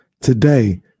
today